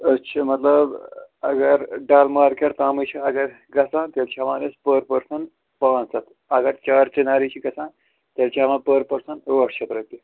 أسۍ چھِ مطلب اگر ڈَل مارکیٹ تامٕے چھِ اگر گژھان تیٚلہِ چھِ ہی۪وان أسۍ پٔر پٔرسَن پانٛژھ ہَتھ اگر چار چِناری چھِ گژھان تیٚلہِ چھِ ہٮ۪وان پٔر پٔرسَن ٲٹھ شیٚتھ رۄپیہِ